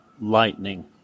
Lightning